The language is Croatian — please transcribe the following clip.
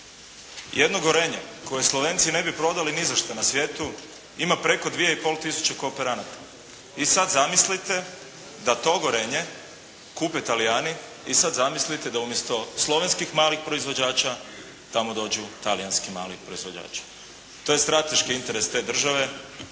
Jedno "Gorenje" koje Slovenci ne bi prodali ni za šta na svijetu ima preko 2,5 tisuće kooperanata. I sad zamislite da to "Gorenje" kupe Talijani, i sad zamislite da umjesto slovenskih malih proizvođača tamo dođu talijanski mali proizvođači. To je strateški interes te države,